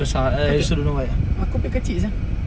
tapi aku punya kecil sia